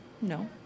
No